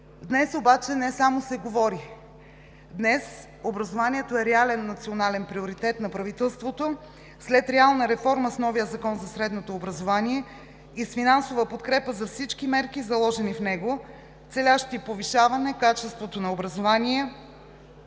Днес обаче не само се говори. Днес образованието е реален национален приоритет на правителството, след реална реформа с новия закон за средното образование и с финансова подкрепа за всички мерки, заложени в него, целящи повишаване качеството на образование